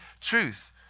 truth